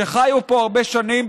שחיו פה הרבה שנים,